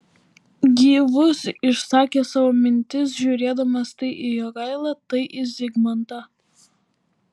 gyvus išsakė savo mintis žiūrėdamas tai į jogailą tai į zigmantą